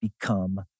become